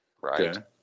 right